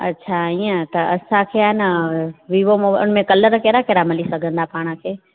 अच्छा ईअं आहे त असांखे आहे न वीवो मोबल में कलर कहिड़ा कहिड़ा मिली सघंदा पाण खे